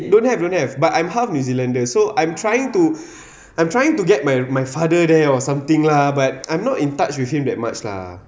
don't have don't have but I'm half new zealander so I'm trying to I'm trying to get my my father there or something lah but I'm not in touch with him that much lah